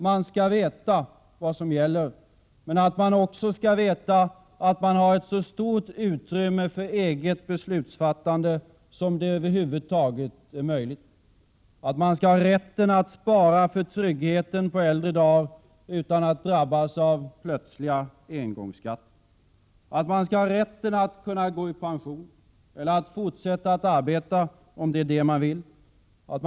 Man skall veta vad som gäller, men man skall också veta att det finns ett så stort utrymme för eget beslutsfattande som det över huvud taget är möjligt. Man skall ha rätten att spara för tryggheten på äldre dagar, utan att drabbas av plötsliga engångsskatter. Man skall ha rätten att kunna gå i pension eller att fortsätta arbeta om man vill det.